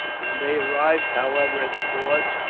when they arrived, however, at the gorge,